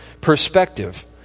perspective